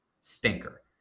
stinker